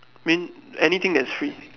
mean anything that is free